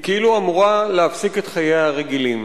כאילו אמורה להפסיק את חייה הרגילים.